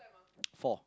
four